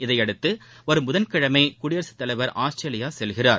இதையடுத்து வரும் புதன்கிழமை குடியரசுத்தலைவர் ஆஸ்திரேலியா செல்கிறார்